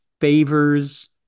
favors